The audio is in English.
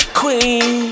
queen